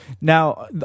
Now